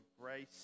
grace